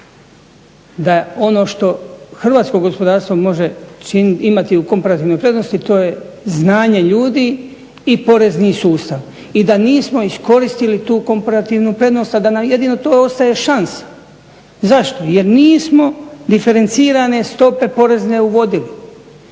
da ono što hrvatsko gospodarstvo može imati u komparativnoj prednosti to je znanje ljudi i porezni sustav. I da nismo iskoristili tu komparativnu prednost, a da nam jedino to ostaje šansa. Zašto? Jer nismo diferencirane stope porezne uvodili.